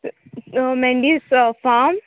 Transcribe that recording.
Mendes farm